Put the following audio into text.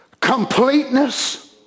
Completeness